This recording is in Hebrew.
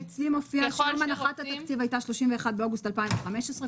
אצלי מופיע שיום הנחת התקציב היה 31 באוגוסט 2015,